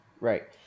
right